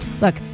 look